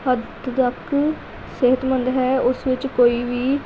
ਹੱਦ ਤੱਕ ਸਿਹਤਮੰਦ ਹੈ ਉਸ ਵਿੱਚ ਕੋਈ ਵੀ